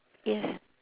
yes